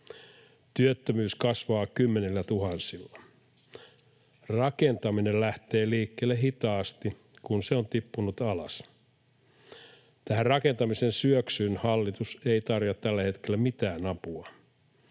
työttömyys kasvaa kymmenillätuhansilla. Rakentaminen lähtee liikkeelle hitaasti, kun se on tippunut alas. Tähän rakentamisen syöksyyn hallitus ei tarjoa tällä hetkellä mitään apua.